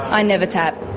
i never tap.